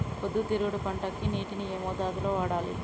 పొద్దుతిరుగుడు పంటకి నీటిని ఏ మోతాదు లో వాడాలి?